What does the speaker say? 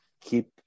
Keep